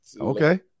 Okay